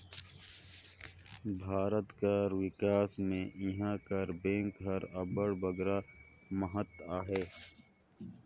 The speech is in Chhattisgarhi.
भारत कर बिकास में इहां कर बेंक कर अब्बड़ बगरा महत अहे